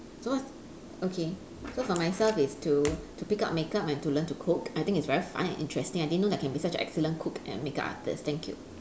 so what's okay so for myself is to to pick up makeup and to learn to cook I think it's very fun and interesting I didn't know that I can be such an excellent cook and makeup artist thank you